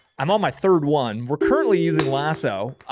i'm on my third one. we're currently using lasso.